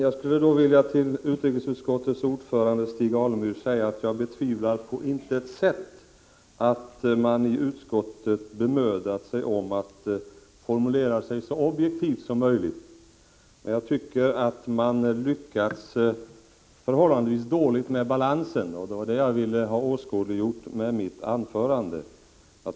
Herr talman! Till utrikesutskottets ordförande Stig Alemyr skulle jag vilja säga att jag på intet sätt betvivlar att man i utskottet bemödat sig om att formulera sig så objektivt som möjligt. Men jag tycker att man lyckats förhållandevis dåligt med balansen. Det var detta jag ville ha åskådliggjort — Prot. 1985/86:43 med mitt anförande.